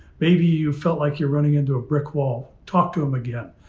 maybe you felt like your running into a brick wall. talk to them again.